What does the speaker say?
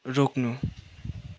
रोक्नु